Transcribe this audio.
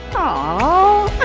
oh.